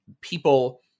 people